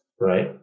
right